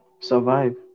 Survive